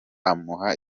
amuha